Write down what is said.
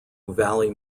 valley